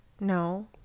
No